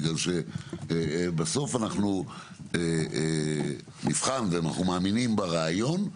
בגלל שבסוף אנחנו נבחן ואנחנו מאמינים ברעיון.